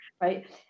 right